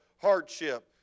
hardship